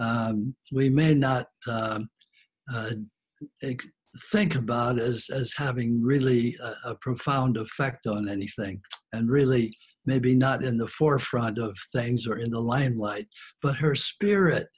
we may not think about as as having really a profound effect on anything and really maybe not in the forefront of things or in the limelight but her spirit